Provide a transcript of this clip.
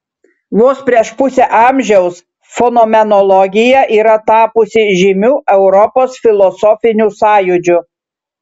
vos prieš pusę amžiaus fenomenologija yra tapusi žymiu europos filosofiniu sąjūdžiu